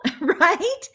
right